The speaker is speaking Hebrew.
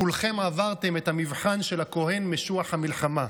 כולכם עברתם את המבחן של הכוהן משוח המלחמה,